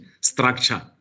structure